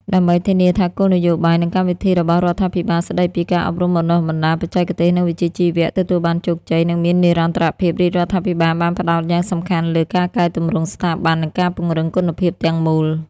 ដើម្បីធានាថាគោលនយោបាយ និងកម្មវិធីរបស់រដ្ឋាភិបាលស្តីពី ការអប់រំបណ្តុះបណ្តាលបច្ចេកទេស និងវិជ្ជាជីវៈ ទទួលបានជោគជ័យ និងមាននិរន្តរភាព រាជរដ្ឋាភិបាលបានផ្តោតយ៉ាងសំខាន់លើ ការកែទម្រង់ស្ថាប័ន និងការពង្រឹងគុណភាពទាំងមូល។